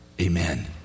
amen